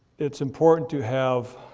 it's important to have